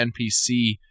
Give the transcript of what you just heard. NPC